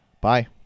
Bye